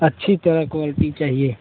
अच्छी तरह क्वालटी चाहिए